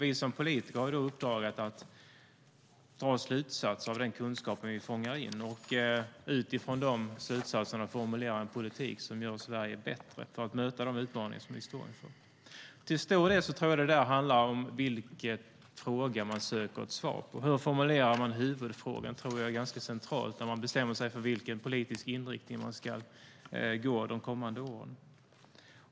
Vi som politiker har uppdraget att dra slutsatser av den kunskap vi fångar in och utifrån dessa slutsatser formulera en politik som gör Sverige bättre för att möta de utmaningar som vi står inför. Till stor del tror jag att det handlar om vilken fråga man söker ett svar på. Hur formulerar man huvudfrågan? Det tror jag är centralt när man bestämmer sig för vilken politisk inriktning man ska ha under de kommande åren.